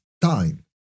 time